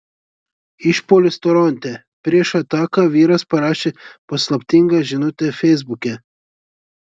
išpuolis toronte prieš ataką vyras parašė paslaptingą žinutę feisbuke